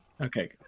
Okay